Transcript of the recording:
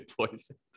poisoned